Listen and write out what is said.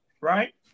right